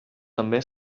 també